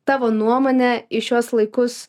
tavo nuomone į šiuos laikus